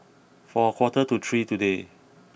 for a quarter to three today